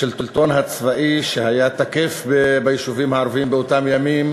שהשלטון הצבאי שהיה תקף ביישובים הערביים באותם ימים